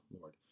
Lord